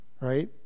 right